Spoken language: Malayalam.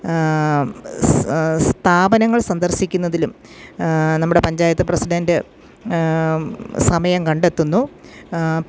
സ്ഥാപനങ്ങൾ സന്ദർശിക്കുന്നതിലും നമ്മുടെ പഞ്ചായത്ത് പ്രസിഡൻ്റ് സമയം കണ്ടെത്തുന്നു